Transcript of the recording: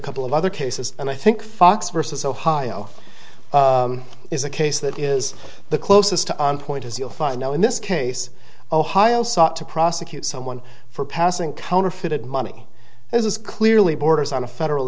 couple of other cases and i think fox versus ohio is a case that is the closest to a point as you'll find now in this case ohio sought to prosecute someone for passing counterfeit money is clearly borders on a federal